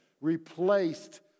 replaced